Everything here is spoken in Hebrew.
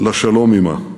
לשלום עמה.